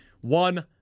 One